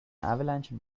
avalanche